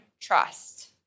trust